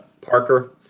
Parker